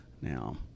Now